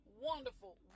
wonderful